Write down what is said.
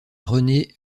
rené